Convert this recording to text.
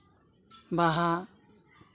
ᱵᱟᱦᱟ